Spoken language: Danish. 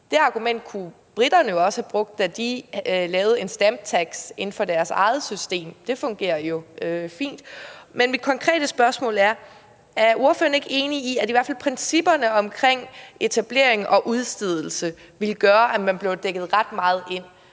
Det argument kunne briterne jo også have brugt, da de indførte en stamp tax inden for deres eget system. Det fungerer jo fint. Men mit konkrete spørgsmål er: Er ordføreren ikke enig i, at i hvert fald principperne om etablering og udstedelse ville gøre, at man blev dækket ret meget ind?